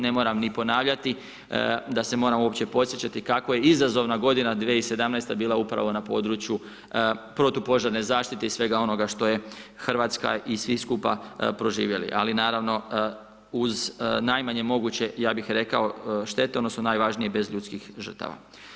Ne moram ni ponavljati da se moram uopće podsjećati kako je izazovna godina 2017. bila upravo na području protupožarne zaštite i svega onoga što je Hrvatska i svi skupa proživjeli, ali naravno uz najmanje moguće ja bih rekao štete odnosno najvažnije bez ljudskih žrtava.